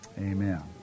Amen